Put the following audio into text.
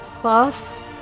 plus